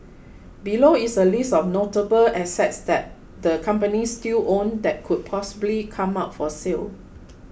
below is a list of notable assets that the companies still own that could possibly come up for sale